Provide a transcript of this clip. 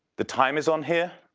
the time is on here,